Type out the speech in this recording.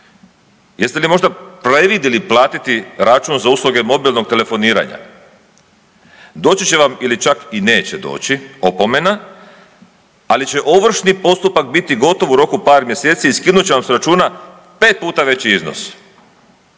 Jeste li možda previdjeli platiti račun za usluge mobilnog telefoniranja? Doći će vam ili čak i neće doći opomena, ali će ovršni postupak biti gotov u roku par mjeseci i skinut će vam s mjeseci pet puta veći iznos.